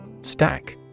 Stack